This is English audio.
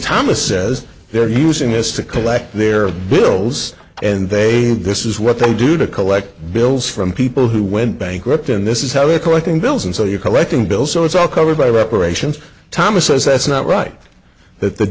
thomas says they're using this to collect their bills and they have this is what they do to collect bills from people who went bankrupt and this is how they're collecting bills and so you're collecting bill so it's all covered by reparations thomas says that's not right that the